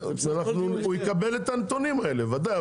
אנחנו, הוא יקבל את הנתונים האלה, בוודאי.